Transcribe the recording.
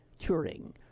Turing